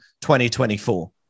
2024